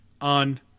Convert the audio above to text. on